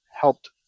helped